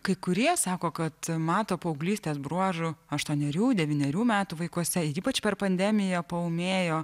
kai kurie sako kad mato paauglystės bruožų aštuonerių devynerių metų vaikuose ypač per pandemiją paūmėjo